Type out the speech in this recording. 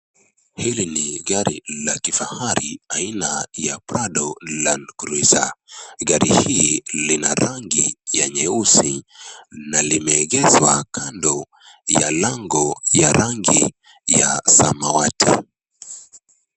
Hili ni gari la kifahari , aina ya prado land cruiser. Gari hii lina rangi ya nyeusi na limeegeza kando ya lango la rangi ya samawati .